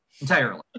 entirely